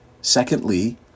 Secondly